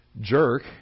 jerk